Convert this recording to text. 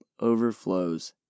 Overflows